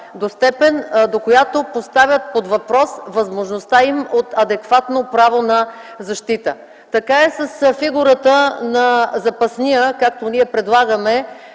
до която поставят под въпрос възможността им от адекватно право на защита. Така е с фигурата на запасния, както ние предлагаме